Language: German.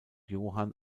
johann